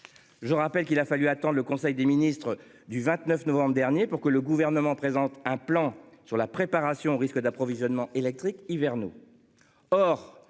Je rappelle qu'il a fallu attendent le conseil des ministres du 29 novembre dernier pour que le gouvernement présente un plan sur la préparation risque d'approvisionnement électrique hivernaux.